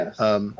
Yes